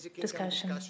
discussion